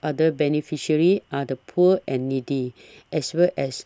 other beneficiaries are the poor and needy as well as